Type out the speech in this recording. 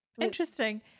interesting